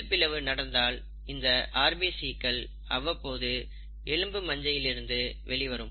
செல் பிளவு நடக்காததால் இந்த RBC கள் அவ்வப்போது எலும்பு மஜ்ஜையில் இருந்து வெளிவரும்